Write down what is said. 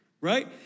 Right